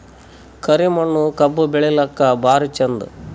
ಕರಿ ಮಣ್ಣು ಕಬ್ಬು ಬೆಳಿಲ್ಲಾಕ ಭಾರಿ ಚಂದ?